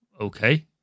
okay